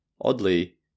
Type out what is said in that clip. oddly